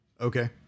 Okay